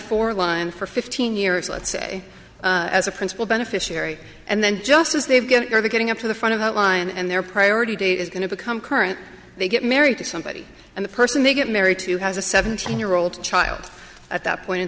for line for fifteen years let's say as a principal beneficiary and then just as they've been getting up to the front of the line and their priority date is going to become current they get married to somebody and the person they get married to has a seventeen year old child at that point in